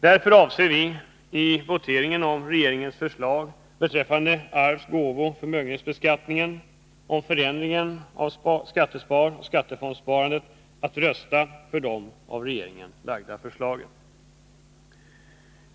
Därför avser vi i voteringen om regeringens förslag beträffande arvs-, gåvooch förmögenhetsbeskattningen samt beträffande förändringen av skatteoch skattefondssparandet att rösta för regeringsförslagen.